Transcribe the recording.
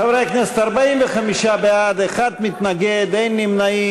חברי הכנסת, 45 בעד, אחד מתנגד, אין נמנעים.